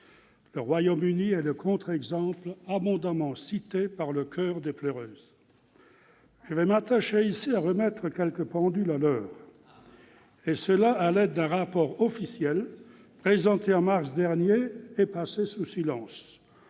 Le Royaume-Uni est le contre-exemple abondamment cité par le choeur des pleureuses. Je m'attacherai à remettre quelques pendules à l'heure, ... Ah !... à l'aide d'un rapport officiel, présenté en mars dernier et passé sous silence.